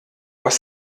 was